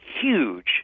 huge